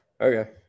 okay